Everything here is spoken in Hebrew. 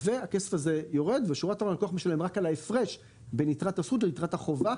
והכסף הזה יורד והלקוח משלם רק על ההפרש בין יתרת הזכות ליתרת החובה.